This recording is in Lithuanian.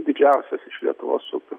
didžiausias iš lietuvos upių